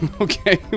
Okay